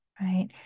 right